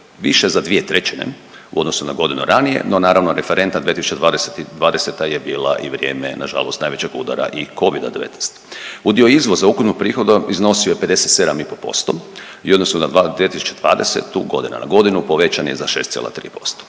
više za 2/3 u odnosu na godinu ranije, no naravno, referentna 2020. g. je bila i vrijeme, nažalost najvećeg udara i Covida-19. U dio izvoza ukupnog prihoda iznosio je 57,5% i u odnosu na 2020., godina na godinu, povećan je za 6,3%.